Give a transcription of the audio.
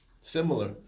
similar